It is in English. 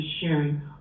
sharing